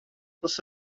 tas